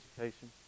education